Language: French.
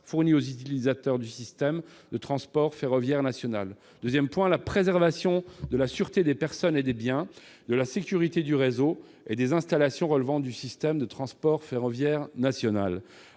fournie aux utilisateurs du système de transport ferroviaire national ; préserver la sûreté des personnes et des biens, la sécurité du réseau et des installations relevant du système de transport ferroviaire national